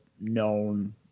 known